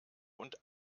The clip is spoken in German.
und